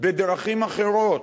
בדרכים אחרות.